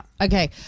Okay